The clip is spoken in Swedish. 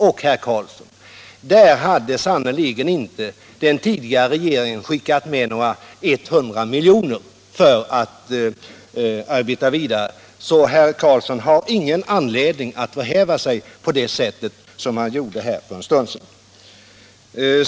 Och, herr Karlsson, där hade sannerligen inte den tidigare regeringen skickat med några 100 miljoner för att arbeta vidare. Så herr Karlsson har ingen anledning att förhäva sig på det sätt han gjorde här för en stund sedan.